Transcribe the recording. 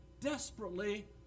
desperately